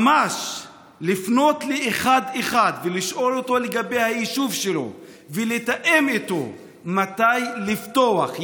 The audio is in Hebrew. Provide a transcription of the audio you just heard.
ממש לפנות אחד-אחד ולשאול אותו לגבי היישוב שלו ולתאם איתו מתי לפתוח.